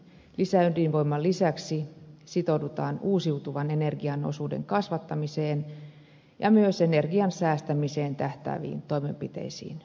lisäydinvoiman lisäksi sitoudutaan uusiutuvan energian osuuden kasvattamiseen ja myös energian säästämiseen tähtääviin toimenpiteisiin